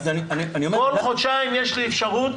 אז אני אומר -- כל חודשיים יש לי אפשרות